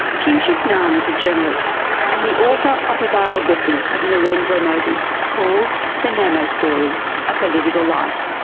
kingshuk nag is a journalist and the author of a biography of narendra modi called the namo story a political life.